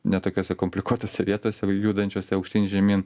ne tokiose komplikuotose vietose judančiose aukštyn žemyn